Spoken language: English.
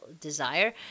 desire